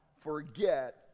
forget